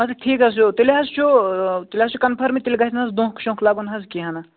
اَدٕ ٹھیٖک حظ چھُ تیٚلہ حظ چھُ تیٚلہِ حظ چھُ کنفٲرٕے تیٚلہِ گَژھِ نَہ حظ دۄنٛکھٕ شۄنٛکھٕ لگُن حظ کیٚنٛہہ نہٕ